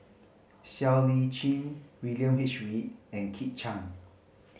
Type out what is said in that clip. Siow Lee Chin William H Read and Kit Chan